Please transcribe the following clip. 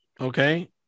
Okay